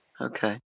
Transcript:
Okay